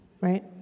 right